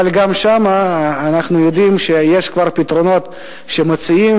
אבל גם שם אנחנו יודעים שיש כבר פתרונות שמציעים,